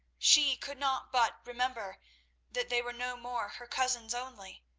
she could not but remember that they were no more her cousins only,